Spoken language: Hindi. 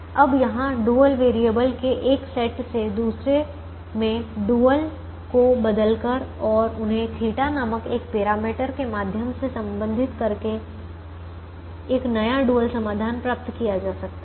अब यहाँ डुअल वेरिएबल के एक सेट से दूसरे में डुअल को बदलकर और उन्हें थीटा नामक एक पैरामीटर के माध्यम से संबंधित करके एक नया डुअल समाधान प्राप्त किया जा सकता है